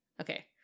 okay